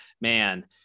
man